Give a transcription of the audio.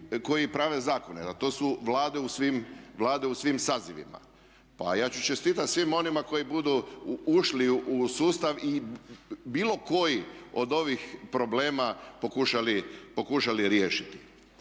koji prave zakone a to su Vlade u svim sazivima. Pa ja ću čestitati svima onima koji budu ušli u sustav i bilo koji od ovih problema pokušali riješiti.